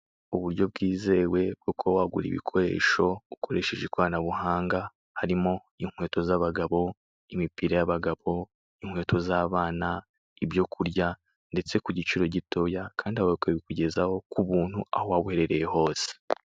Uburyo bwizewe uko wagura ibikoresho ukoresheje ikoranabuhanga harimo , ikweto za bagabo, imipira y'abagabo, ikweto z'abana ,ibyo kurya kugiciro gitoya Kandi bakabikugezaho kubuntu Aho waba uherereye hose.